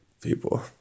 people